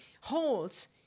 holds